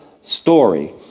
story